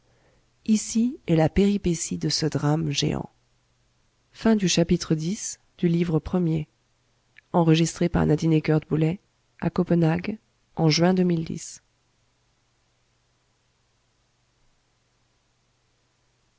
ici est la péripétie de ce drame géant